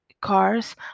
cars